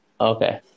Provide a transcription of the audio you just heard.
Okay